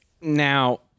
Now